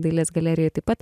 dailės galerijoj taip pat